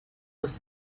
was